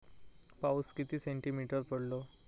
पाऊस किती सेंटीमीटर पडलो?